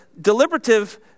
deliberative